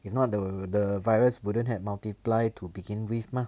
if not the the virus wouldn't have multiply to begin with mah